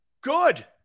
Good